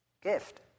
gift